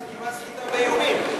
זה כמעט סחיטה באיומים.